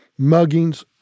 muggings